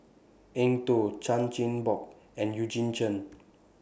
Eng Tow Chan Chin Bock and Eugene Chen